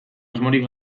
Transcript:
asmorik